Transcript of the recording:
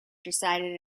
decided